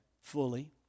fully